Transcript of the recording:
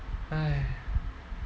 !haiya!